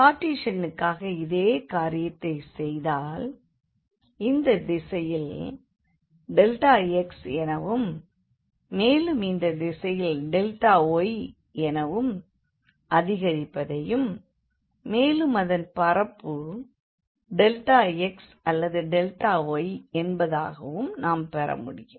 கார்டீசியனுக்காக இதே காரியத்தைச் செய்தால் இந்த திசையில் x எனவும் மேலும் இந்தத் திசையில் yஎனவும் அதிகரிப்பதையும் மேலும் அதன் பரப்பு Δx or Δy என்பதாகவும் நாம் பெற முடியும்